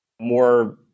more